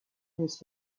نیست